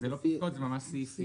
זה לא פסקאות, זה ממש סעיפים.